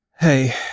Hey